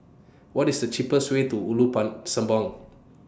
What IS The cheapest Way to Ulu Pang Sembawang